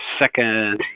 second